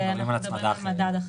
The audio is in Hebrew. אנחנו מדברים על הצמדה אחרת למדד השכר.